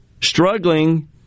struggling